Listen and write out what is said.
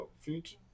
Future